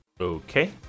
Okay